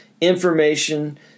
information